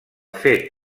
fet